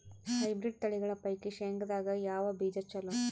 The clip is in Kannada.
ಹೈಬ್ರಿಡ್ ತಳಿಗಳ ಪೈಕಿ ಶೇಂಗದಾಗ ಯಾವ ಬೀಜ ಚಲೋ?